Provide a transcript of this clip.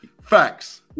Facts